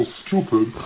stupid